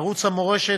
ערוץ המורשת,